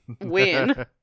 win